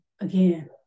again